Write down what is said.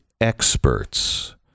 experts